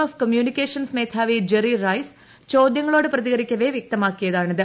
F communications മേധാവി Jerry Rice ചോദ്യങ്ങളോട് പ്രതി കരിക്കവെ വൃക്തമാക്കിയതാണിത്